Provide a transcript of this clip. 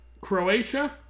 Croatia